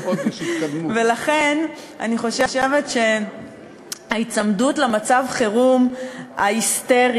לכן אני חושבת שההיצמדות למצב החירום ההיסטרי